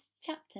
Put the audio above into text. chapter